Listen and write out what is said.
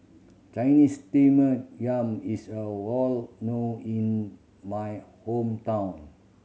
Chinese Steamed Yam is a wall known in my hometown